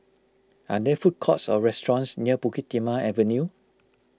are there food courts or restaurants near Bukit Timah Avenue